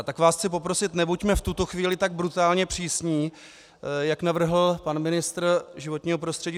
Tak vás chci poprosit, nebuďme v tuto chvíli tak brutálně přísní, jak navrhl pan ministr životního prostředí.